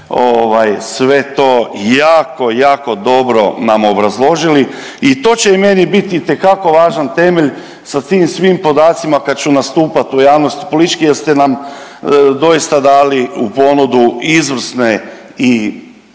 sve to jako, jako dobro nam obrazložili i to će i meni biti itekako važan temelj za tim svim podacima kad ću nastupati u javnosti politički jer ste nam doista dali u ponudu izvrsne i